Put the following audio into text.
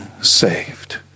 saved